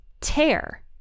tear